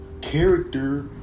character